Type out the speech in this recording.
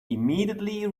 immediately